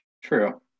True